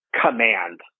command